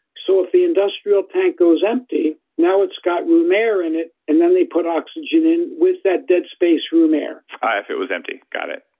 so, if the industrial tank goes empty, now it's got room air in it, and then they put oxygen in with that dead space room air ah, if it was empty. got it.